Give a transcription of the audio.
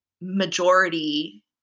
majority